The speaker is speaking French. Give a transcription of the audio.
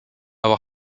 avoir